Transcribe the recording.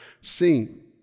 seen